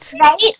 Right